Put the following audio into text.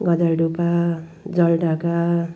Gajoldoba Jaldhaka